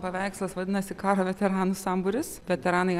paveikslas vadinasi karo veteranų sambūris veteranai